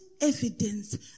evidence